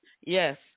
yes